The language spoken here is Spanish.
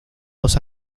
dos